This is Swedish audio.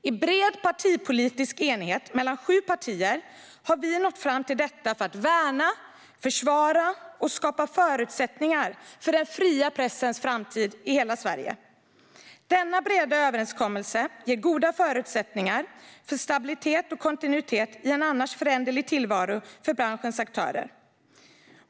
I bred partipolitisk enighet mellan sju partier har vi nått fram till detta för att värna, försvara och skapa förutsättningar för den fria pressens framtid i hela Sverige. Denna breda överenskommelse ger goda förutsättningar för stabilitet och kontinuitet i en annars föränderlig tillvaro för branschens aktörer.